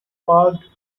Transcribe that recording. parked